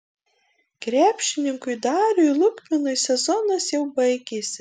krepšininkui dariui lukminui sezonas jau baigėsi